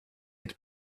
had